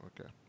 Okay